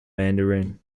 mandarin